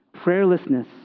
prayerlessness